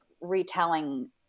retelling